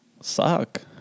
suck